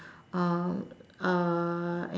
um uh